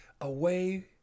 away